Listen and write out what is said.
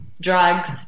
drugs